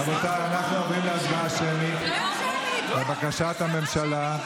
רבותיי, אנחנו עוברים להצבעה שמית לבקשת הממשלה.